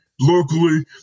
locally